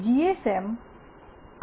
એમ